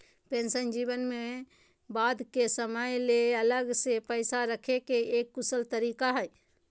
pension जीवन में बाद के समय ले अलग से पैसा रखे के एक कुशल तरीका हय